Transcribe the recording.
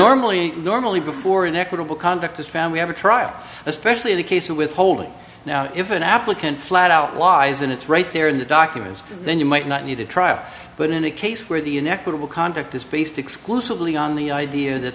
normally normally before an equitable conduct is found we have a trial especially the case of withholding now if an applicant flat out lies and it's right there in the documents then you might not need a trial but in a case where the inequitable conduct is based exclusively on the idea that